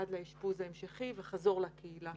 עד לאשפוז ההמשכי וחזור לקהילה.